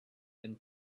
and